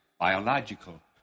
biological